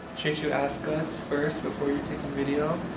shouldn't you ask us first before you take a video?